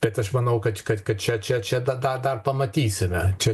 bet aš manau kad kad kad čia čia čia tą tą dar pamatysime čia